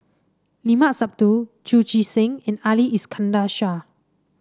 Limat Sabtu Chu Chee Seng and Ali Iskandar Shah